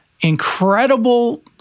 incredible